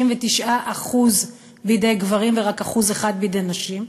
99% בידי גברים ורק 1% בידי נשים.